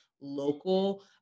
local